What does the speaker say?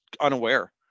unaware